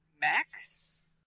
Max